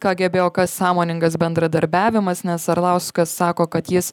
kgb o kas sąmoningas bendradarbiavimas nes arlauskas sako kad jis